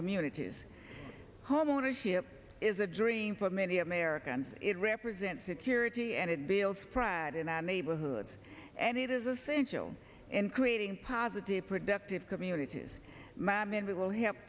communities homeownership is a dream for many americans it represents security and it builds pride in our neighborhoods and it is essential in creating positive productive communities mom and we will help